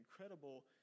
incredible